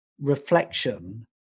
reflection